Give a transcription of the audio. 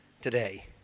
today